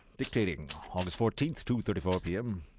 dictating august fourteenth, two thirty four pm.